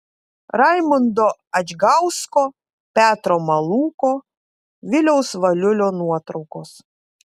raimundo adžgausko petro malūko viliaus valiulio nuotraukos